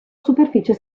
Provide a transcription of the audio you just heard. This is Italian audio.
superficie